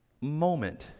moment